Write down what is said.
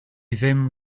ddim